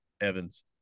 Evans